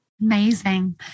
Amazing